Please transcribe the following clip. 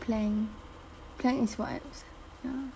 plank plank is for abs ya